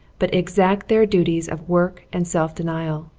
but exact their dues of work and self-denial,